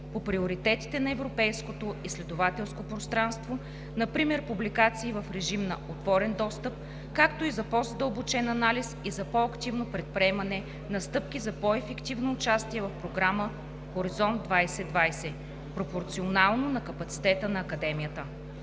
по приоритетите на Европейското изследователско пространство, например публикации в режим на „отворен достъп“, както и за по-задълбочен анализ и по-активно предприемане на стъпки за по-ефективно участие в програма „Хоризонт 2020“, пропорционално на капацитета на Академията.